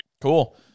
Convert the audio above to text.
Cool